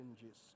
changes